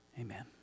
Amen